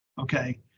okay